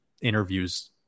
interviews